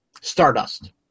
Stardust